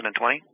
2020